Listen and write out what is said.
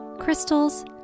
crystals